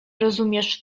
rozumiesz